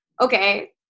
Okay